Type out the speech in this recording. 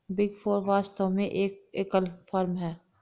big four वास्तव में एक एकल फर्म है